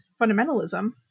fundamentalism